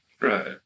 Right